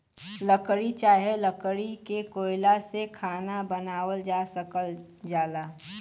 लकड़ी चाहे लकड़ी के कोयला से खाना बनावल जा सकल जाला